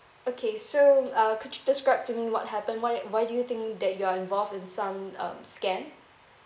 okay so uh could you describe to me what happened why why do you think that you're involved in some um scam